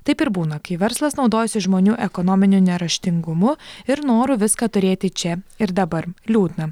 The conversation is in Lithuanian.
taip ir būna kai verslas naudojasi žmonių ekonominiu neraštingumu ir noru viską turėti čia ir dabar liūdna